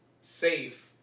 safe